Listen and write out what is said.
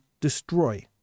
destroy